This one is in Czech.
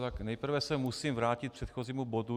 Tak nejprve se musím vrátit k předchozímu bodu.